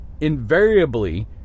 invariably